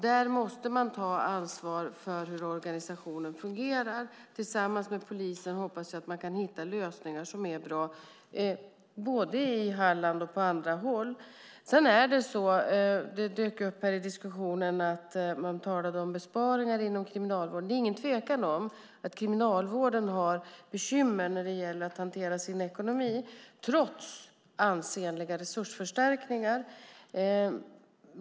Där måste man ta ansvar för hur organisationen fungerar. Tillsammans med polisen hoppas jag att man kan hitta lösningar som är bra både i Halland och på andra håll. Det dök upp i diskussionen besparingar inom Kriminalvården. Det råder inget tvivel om att Kriminalvården har bekymmer i ekonomin, trots ansenliga resursförstärkningar.